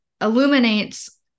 illuminates